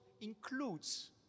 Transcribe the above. includes